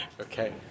Okay